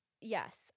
yes